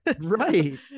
Right